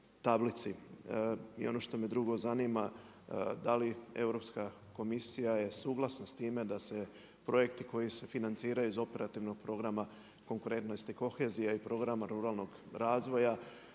I ono što me drugo zanima, da li Europska komisija je suglasna s time da se projekti koji se financiraju iz operativnog programa konkurentnosti kohezija i programa ruralnog razvoja